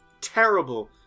terrible